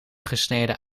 gesneden